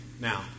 now